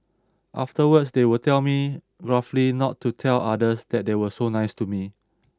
afterwards they would tell me gruffly not to tell others that they were so nice to me